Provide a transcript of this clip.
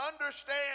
understand